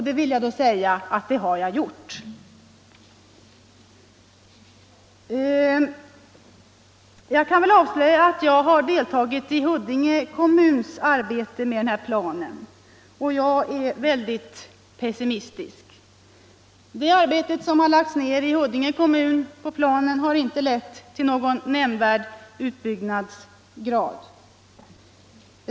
Det vill jag då säga att det har jag gjort vad beträffar borgerliga partier och socialdemokratiska partiet. Jag kan avslöja att jag har deltagit i Huddinge kommuns arbete med den här planen, och detta gör att jag är väldigt pessimistisk till planen. Det arbete på planen som har lagts ned i Huddinge kommun kommer förmodligen inte att leda till någon nämnvärt förändrad utbyggnadsgrad.